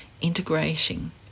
integration